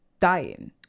dying